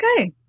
okay